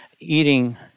eating